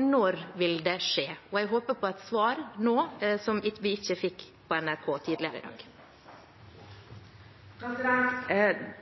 Når vil det skje? Jeg håper på et svar nå, noe vi ikke fikk på NRK tidligere i dag. Det er ingen dramatikk i